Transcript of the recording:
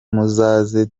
muzaze